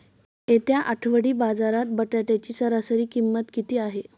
येत्या आठवडी बाजारात बटाट्याची सरासरी किंमत किती आहे?